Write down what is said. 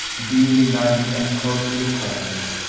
dimly lighted and cosily furnished,